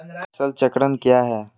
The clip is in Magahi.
फसल चक्रण क्या है?